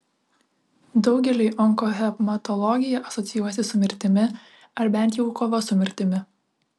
daugeliui onkohematologija asocijuojasi su mirtimi ar bent jau kova su mirtimi